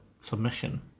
submission